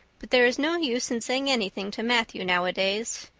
but there is no use in saying anything to matthew nowadays.